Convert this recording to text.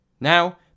Now